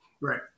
Right